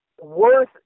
worth